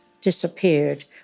disappeared